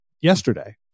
yesterday